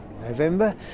November